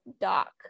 Doc